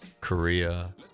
Korea